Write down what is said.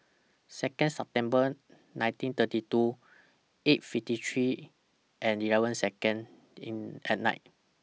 Second September nineteen thirty two eight fifty three and eleven Second At Night